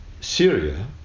Syria